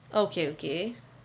okay okay